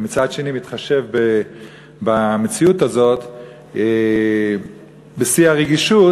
ומצד שני מתחשבת במציאות הזאת בשיא הרגישות,